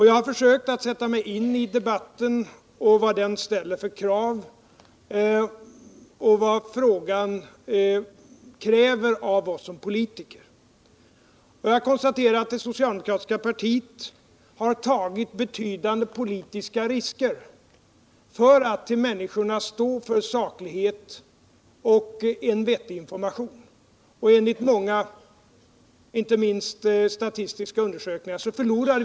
Jag har försökt sätta mig in i debatten och i vad frågan kräver av oss som politiker. Jag har konstaterat att det socialdemokratiska partiet har tagit betydande politiska risker för att inför människorna stå för saklighet och en vettig information. Enligt många, inte minst enligt statistiska undersökningar, förlorade vit.o.m.